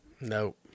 Nope